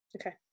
Okay